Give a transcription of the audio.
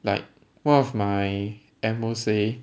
like one of my M_O say